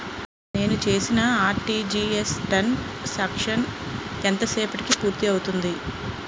నేను చేసిన RTGS transaction ఎంత సేపటికి పూర్తి అవుతుంది?